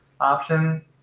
option